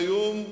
והיום,